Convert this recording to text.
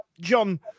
John